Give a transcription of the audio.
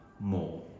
more